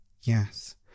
Yes